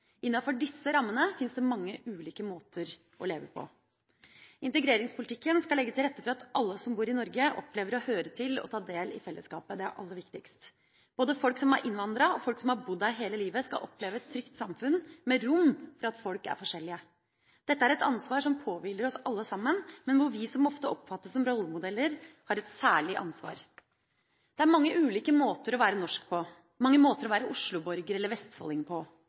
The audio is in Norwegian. Innenfor disse rammene fins det mange ulike måter å leve på. Integreringspolitikken skal legge til rette for at alle som bor i Norge, opplever å høre til og tar del i fellesskapet – det er aller viktigst. Både folk som har innvandret og folk som har bodd her hele livet, skal oppleve et trygt samfunn med rom for at folk er forskjellige. Dette er et ansvar som påhviler oss alle sammen, men hvor vi som ofte oppfattes som rollemodeller, har et særlig ansvar. Det er mange ulike måter å være norsk på – mange måter å være Oslo-borger eller vestfolding på,